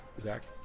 Zach